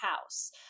house